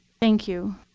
thank you.